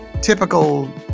typical